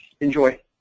Enjoy